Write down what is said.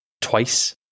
twice